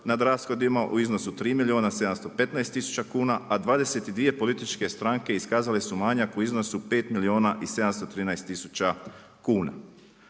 nad rashodima u iznosu 3 milijuna 715 tisuća kuna, a 22 političke stranke iskazale su manjak u iznosu 5 milijuna i 713 tisuća kuna.